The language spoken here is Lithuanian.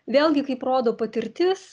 vėlgi kaip rodo patirtis